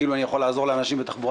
כאילו אני יכול לעזור לאנשים בתחבורה.